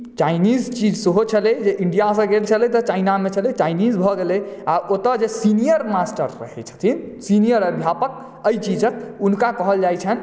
Chinese चीज सेहो छलै जे इंडियासँ गेल छलै तऽ चाइनामे छलै तऽ चाइनीज भऽ गेलै आ ओतय जे सीनियर मास्टर रहैत छथिन सीनियर अध्यापक एहि चीजक हुनका कहल जाइत छनि